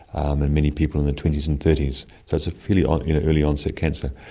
and many people in their twenty s and thirty s. so it's a fairly um you know early onset cancer.